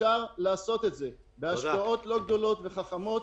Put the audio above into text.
אפשר לעשות את זה בהשקעות לא גדולות וחכמות.